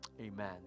Amen